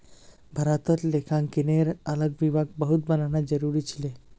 भारतत लेखांकनेर अलग विभाग बहुत बनाना जरूरी छिले